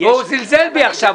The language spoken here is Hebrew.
והוא זלזל בי עכשיו.